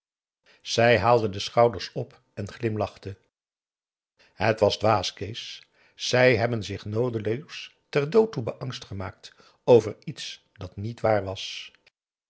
zij haalde de schouders op en glimlachte het was dwaas kees zij hebben zich noodeloos ter dood toe beangst gemaakt over iets dat niet waar was